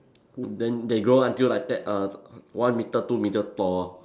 would then they grow until like that err one metre two metre tall